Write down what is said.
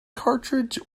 cartridge